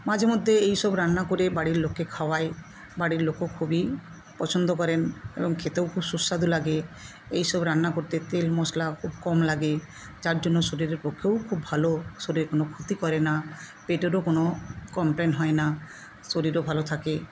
মাঝেমধ্যে এই সব রান্না করে বাড়ির লোককে খাওয়াই বাড়ির লোকও খুবই পছন্দ করেন এবং খেতেও খুব সুস্বাদু লাগে এই সব রান্না করতে তেল মশলা খুব কম লাগে যার জন্য শরীরের পক্ষেও খুব ভালো শরীর কোনো ক্ষতি করে না পেটেরও কোনো কমপ্লেন হয় না শরীরও ভালো থাকে